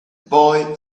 boy